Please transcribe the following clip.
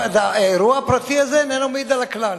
האירוע הפרטי הזה איננו מעיד על הכלל.